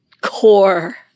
core